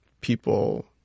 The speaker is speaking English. people